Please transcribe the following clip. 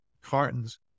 cartons